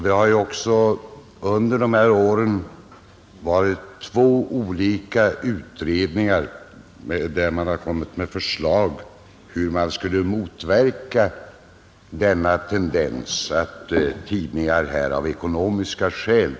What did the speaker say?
Det har under de här åren gjorts två olika utredningar som resulterat i förslag om hur man skall motverka tendensen att tidningar läggs ned av ekonomiska skäl.